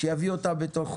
שיביא אותה בתוך חודש,